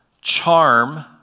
charm